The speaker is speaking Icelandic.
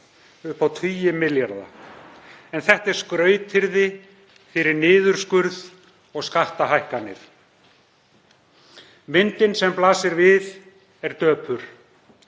upp á tugi milljarða. Þetta eru skrautyrði fyrir niðurskurð og skattahækkanir. Myndin sem við blasir er döpur.